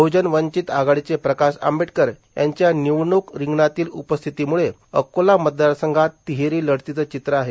बहुजन वंचित आघाडीचे प्रकाश आंबेडकर यांच्या निवडणूक रिंगणातील उपस्थितीमुळे अकोला मतदारसंघात तिहेरी लढतीचं चित्र आहे